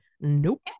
Nope